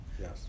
yes